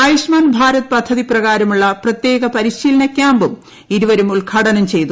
ആയുഷ്മാൻ ഭാരത് പദ്ധതി പ്രകാരമുള്ള പ്രത്യേക പരിശീലന ക്യാമ്പും ഇരുവരും ഉദ്ഘാടനം ചെയ്തു